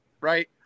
Right